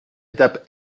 étape